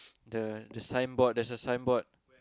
the the signboard there's a signboard